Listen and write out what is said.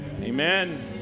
amen